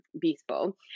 beautiful